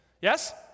Yes